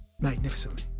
Magnificently